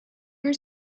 your